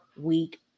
week